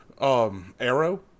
arrow